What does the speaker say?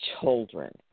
children